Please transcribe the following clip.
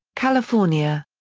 california.